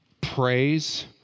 praise